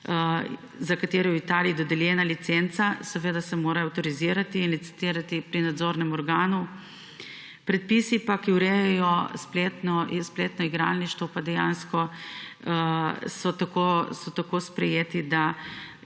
za katero je v Italiji dodeljena licenca, se mora seveda avtorizirati in licitirati pri nadzornem organu. Predpisi, ki urejajo spletno igralništvo, pa so dejansko tako sprejeti, da